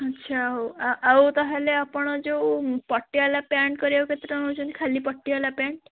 ଆଚ୍ଛା ହଉ ଆଉ ତା' ହେଲେ ଆପଣ ଯେଉଁ ପଟିଆଲା ପ୍ୟାଣ୍ଟ କରିବାକୁ କେତେ ଟଙ୍କା ନେଉଛନ୍ତି ଖାଲି ପଟିଆଲା ପ୍ୟାଣ୍ଟ